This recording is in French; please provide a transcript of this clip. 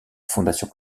fondation